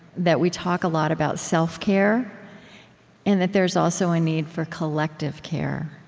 that we talk a lot about self-care and that there's also a need for collective care,